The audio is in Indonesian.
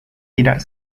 tidak